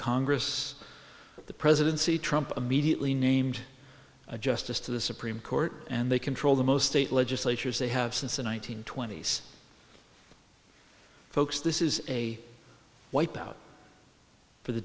congress the presidency trump immediately named a justice to the supreme court and they control the most state legislatures they have since the one nine hundred twenty s folks this is a wipe out for the